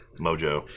mojo